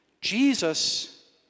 Jesus